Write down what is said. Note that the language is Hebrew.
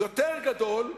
יותר גדול,